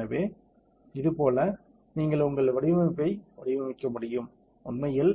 எனவே இதுபோல நீங்கள் உங்கள் வடிவமைப்பை வடிவமைக்க முடியும் உண்மையில்